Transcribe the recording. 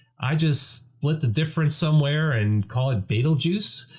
i just split the difference somewhere and call it bay-tal-juice,